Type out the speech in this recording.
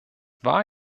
war